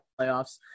playoffs